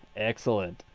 excellent.